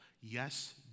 Yes